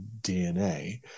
DNA